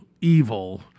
evil